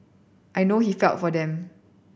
I know he felt for them